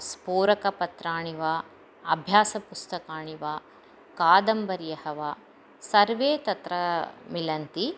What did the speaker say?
स्फुरकपत्राणि वा अभ्यासपुस्तकानि वा कादम्बर्यः वा सर्वे तत्र मिलन्ति